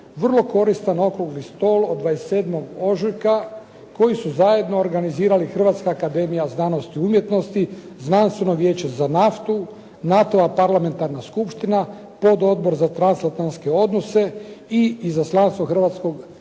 vrlo koristan Okrugli stol od 27. ožujka koji su zajedno organizirali Hrvatska akademija znanosti i umjetnosti, Znanstveno vijeće za naftu, NATO-ova parlamentarna skupština, Pododbor za transatlanske odnose i izaslanstvo Hrvatskoga